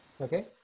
Okay